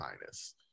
minus